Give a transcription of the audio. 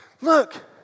Look